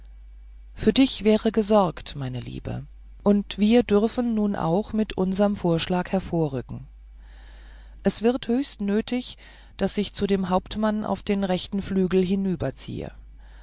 für dich wäre gesorgt meine liebe und wir dürfen nun auch mit unserm vorschlag hervorrücken es wird höchst nötig daß ich zu dem hauptmann auf den rechten flügel